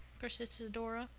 persisted dora.